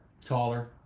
taller